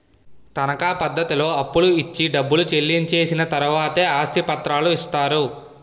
తనకా పద్ధతిలో అప్పులు ఇచ్చి డబ్బు చెల్లించి చేసిన తర్వాతే ఆస్తి పత్రాలు ఇస్తారు